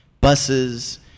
Buses